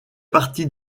partie